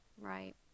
Right